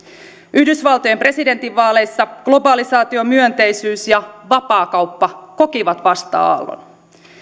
yhdysvaltojen presidentinvaaleissa globalisaatiomyönteisyys ja vapaakauppa kokivat vasta aallon